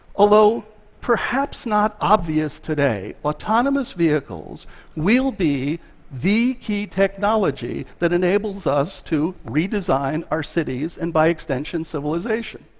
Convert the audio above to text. although perhaps not obvious today, autonomous vehicles will be the key technology that enables us to redesign our cities and, by extension, civilization.